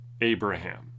Abraham